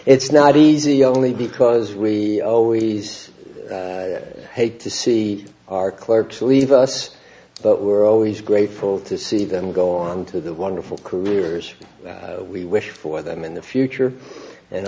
it's not easy only because we always hate to see our clerks leave us but we're always grateful to see them go on to the wonderful careers that we wish for them in the future and